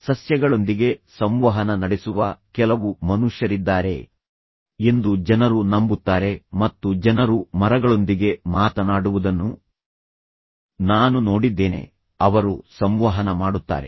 ಸಸ್ಯಗಳೊಂದಿಗೆ ಸಂವಹನ ನಡೆಸುವ ಕೆಲವು ಮನುಷ್ಯರಿದ್ದಾರೆ ಎಂದು ಜನರು ನಂಬುತ್ತಾರೆ ಮತ್ತು ಜನರು ಮರಗಳೊಂದಿಗೆ ಮಾತನಾಡುವುದನ್ನು ನಾನು ನೋಡಿದ್ದೇನೆ ಅವರು ಸಂವಹನ ಮಾಡುತ್ತಾರೆ